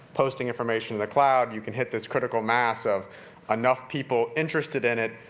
posting information in the cloud, you can hit this critical mass of enough people interested in it,